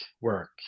work